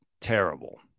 terrible